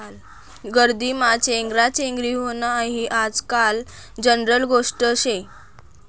गर्दीमा चेंगराचेंगरी व्हनं हायी आजकाल जनरल गोष्ट शे